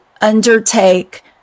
undertake